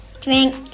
Drink